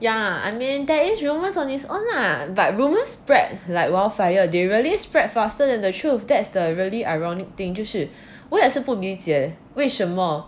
yeah I mean that is rumours on its own lah but rumours spread like wildfire they really spread faster than the truth that's the really ironic thing 就是我也是不理解为什么